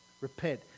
repent